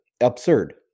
absurd